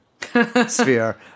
sphere